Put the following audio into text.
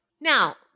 Now